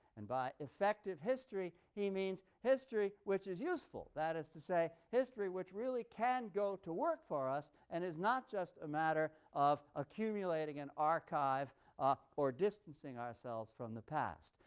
and by effective history he means history which is useful that is to say, history which really can go to work for us and is not just a matter of accumulating an archive ah or distancing ourselves from the past.